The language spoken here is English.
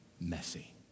messy